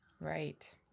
Right